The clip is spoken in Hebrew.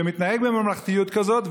שמתנהג בממלכתיות כזאת,